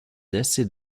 laissé